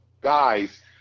guys